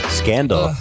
scandal